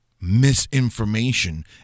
misinformation